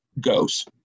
goes